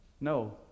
No